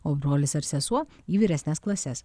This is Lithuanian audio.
o brolis ar sesuo į vyresnes klases